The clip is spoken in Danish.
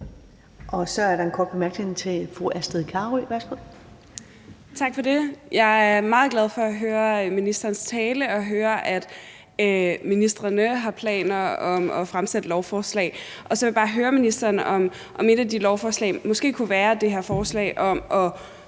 Så er der en kort bemærkning til fru Astrid Carøe. Værsgo. Kl. 23:27 Astrid Carøe (SF): Tak for det. Jeg var meget glad for at høre ministerens tale og høre, at ministrene har planer om at fremsætte lovforslag. Så vil jeg bare høre ministeren, om et af de lovforslag måske kunne være det her forslag om at